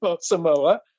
Samoa